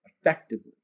effectively